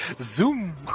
zoom